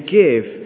give